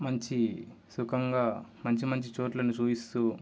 మంచి సుఖంగా మంచి మంచి చోట్లను చూపిస్తు